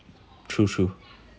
true true